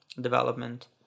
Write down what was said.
development